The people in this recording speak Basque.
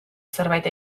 zerbait